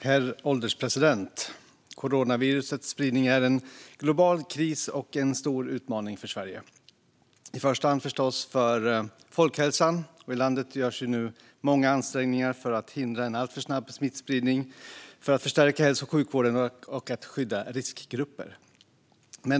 Herr ålderspresident! Coronavirusets spridning är en global kris och en stor utmaning för Sverige. I första hand är det förstås en stor utmaning för folkhälsan, och i landet görs nu många ansträngningar för att hindra en alltför snabb smittspridning, för att förstärka hälso och sjukvården och för att skydda riskgrupper.